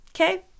Okay